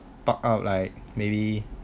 talk out like maybe